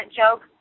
joke